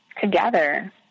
together